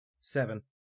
Seven